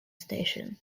station